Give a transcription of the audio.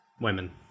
Women